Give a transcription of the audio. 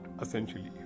essentially